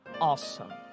awesome